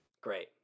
great